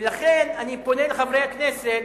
ולכן, אני פונה אל חברי הכנסת,